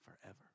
forever